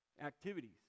activities